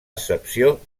excepció